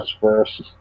first